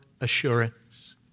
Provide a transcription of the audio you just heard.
assurance